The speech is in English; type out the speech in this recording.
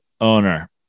owner